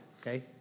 okay